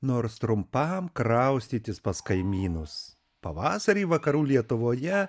nors trumpam kraustytis pas kaimynus pavasarį vakarų lietuvoje